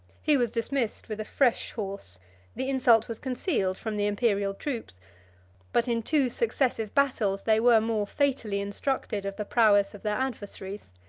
he was dismissed with a fresh horse the insult was concealed from the imperial troops but in two successive battles they were more fatally instructed of the prowess of their adversaries.